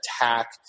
attack